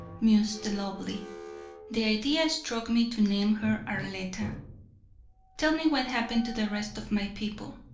mused the lovely the idea struck me to name her arletta tell me what happened to the rest of my people.